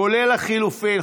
כולל הלחלופין.